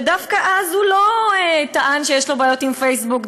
ודווקא אז הוא לא טען שיש לו בעיות עם פייסבוק,